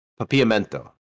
papiamento